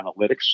analytics